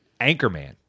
Anchorman